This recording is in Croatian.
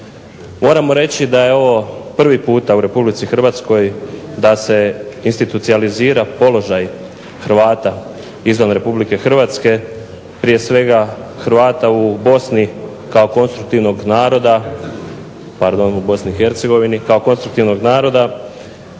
Moramo reći da je ovo prvi puta u Republici Hrvatskoj da se institucionalizira položaj Hrvata izvan Republike Hrvatske, prije svega Hrvata u BiH kao konstruktivnog naroda, Hrvata u Europi kao pripadnica